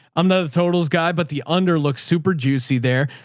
i'm the totals guy, but the underlooked super juicy there,